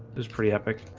it's pretty epic.